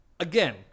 Again